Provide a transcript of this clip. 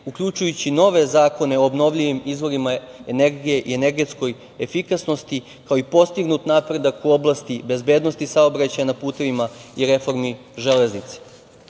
uključujući nove zakone o obnovljivim izvorima energije i energetskoj efikasnosti, kao i postignut napredak u oblasti bezbednosti saobraćaja na putevima i reformi železnice. Što